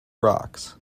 rocks